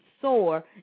soar